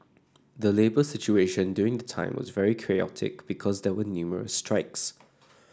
the labour situation during the time was very chaotic because there were numerous strikes